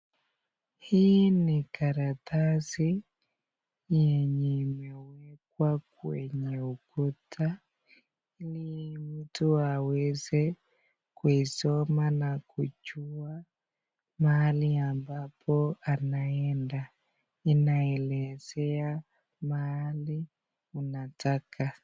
Hii ni karatasi yenye imebandikwa kwenye ukuta ili mtu aweze kuisoma na kujua mahali ambapo anaenda. Inaelezea mahali unataka.